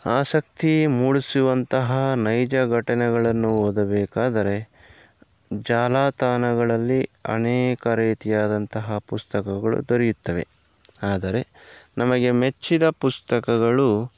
ಆಸಕ್ತಿ ಮೂಡಿಸಿರುವಂತಹ ನೈಜ ಘಟನೆಗಳನ್ನು ಓದಬೇಕಾದರೆ ಜಾಲತಾಣಗಳಲ್ಲಿ ಅನೇಕ ರೀತಿಯಾದಂತಹ ಪುಸ್ತಕಗಳು ದೊರೆಯುತ್ತವೆ ಆದರೆ ನಮಗೆ ಮೆಚ್ಚಿದ ಪುಸ್ತಕಗಳು